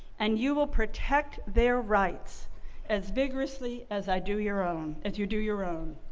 and you will protect their rights as vigorously as i do your own as you do your own.